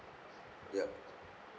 yup